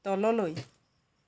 তললৈ